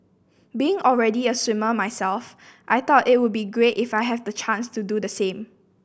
being already a swimmer myself I thought it would be great if I have the chance to do the same